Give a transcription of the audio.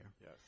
Yes